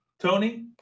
Tony